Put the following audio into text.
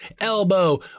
elbow